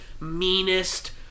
meanest